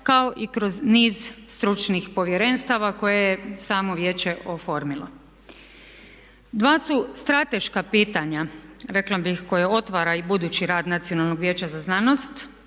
kao i kroz niz stručnih povjerenstava koje je samo Vijeće oformilo. Dva su strateška pitanja rekla bih koje otvara i budući rad Nacionalnog vijeća za znanost,